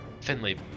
Finley